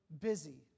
busy